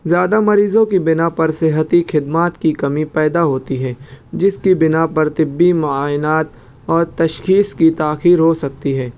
زیادہ مریضوں کی بنا پر صحتی خدمات کی کمی پیدا ہوتی ہے جس کی بنا پر طبی معائنات اور تشخیص کی تاخیر ہو سکتی ہے